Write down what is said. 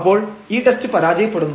അപ്പോൾ ഈ ടെസ്റ്റ് പരാജയപ്പെടുന്നു